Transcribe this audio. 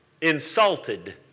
Insulted